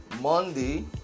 Monday